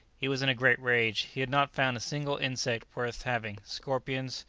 he was in a great rage. he had not found a single insect worth having, scorpions,